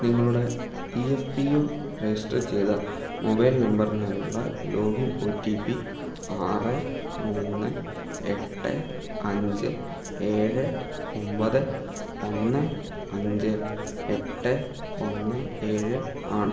നിങ്ങളുടെ E F P O register ചെയ്ത mobile നമ്പറിനായുള്ള ലോഗിൻ ഒ ടി പി ആറ് മൂന്ന് എട്ട് അഞ്ച് ഏഴ് ഒന്പത് ഒന്ന് അഞ്ച് എട്ട് ഒന്ന് ഏഴ് ആണ്